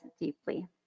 deeply